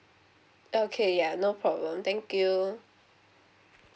okay ya no problem thank you